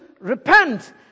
Repent